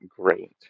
great